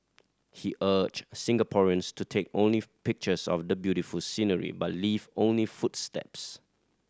he urged Singaporeans to take only pictures of the beautiful scenery but leave only footsteps